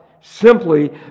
simply